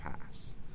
pass